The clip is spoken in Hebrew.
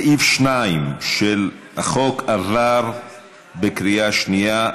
סעיף 2 של החוק עבר בקריאה שנייה.